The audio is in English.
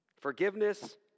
Forgiveness